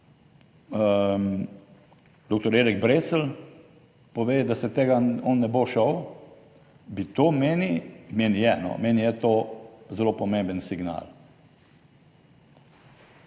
Erik Brecelj pove, da se tega on ne bo šel. Bi to meni, meni je, meni je to zelo pomemben signal.